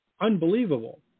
unbelievable